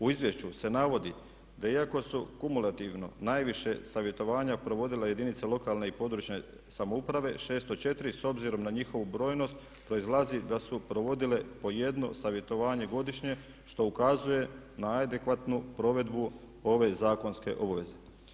U izvješću se navodi da iako su kumulativno najviše savjetovanja provodile jedinice lokalne i područne samouprave 604 s obzirom na njihovu brojnost, proizlazi da su provodile po jedno savjetovanje godišnje što ukazuje na adekvatnu provedbu ove zakonske obaveze.